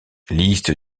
liste